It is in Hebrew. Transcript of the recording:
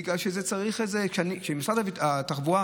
בגלל שכדי